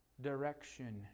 direction